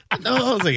No